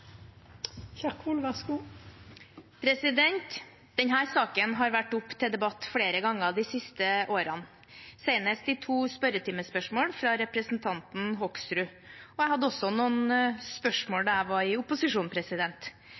saken har vært oppe til debatt flere ganger de siste årene, senest i to spørretimespørsmål fra representanten Hoksrud. Jeg hadde også noen spørsmål da jeg var i